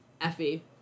Effie